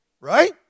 Right